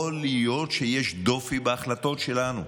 יכול להיות שיש דופי בהחלטות שלנו.